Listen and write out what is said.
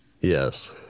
Yes